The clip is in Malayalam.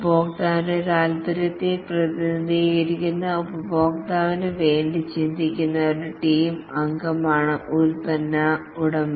ഉപഭോക്താവിന്റെ താൽപ്പര്യത്തെ പ്രതിനിധീകരിക്കുന്ന ഉപഭോക്താവിനുവേണ്ടി ചിന്തിക്കുന്ന ഒരു ടീം അംഗമാണ് പ്രോഡക്ട് ഉടമ